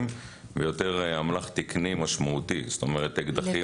ויותר אמל"ח תקני משמעותי כמו אקדחים וכולי.